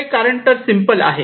खरे कारण तर सिम्पल आहे